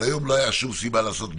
היום לא הייתה שום סיבה לעשות דיון,